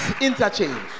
interchange